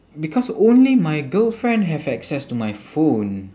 because only my girlfriend have access to my phone